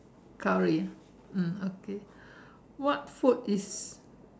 curry ah mm okay what food is